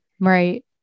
Right